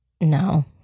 no